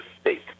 State